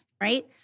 right